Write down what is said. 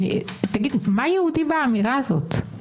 מה יהודי באמירה הזאת?